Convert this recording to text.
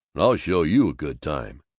and i'll show you a good time!